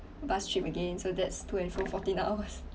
bus trip again so that's two and fro fourteen hours